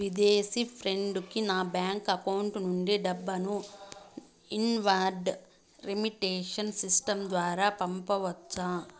విదేశీ ఫ్రెండ్ కి నా బ్యాంకు అకౌంట్ నుండి డబ్బును ఇన్వార్డ్ రెమిట్టెన్స్ సిస్టం ద్వారా పంపొచ్చా?